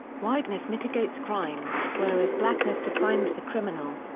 whiteness mitigates crime, whereas blackness defines the criminal.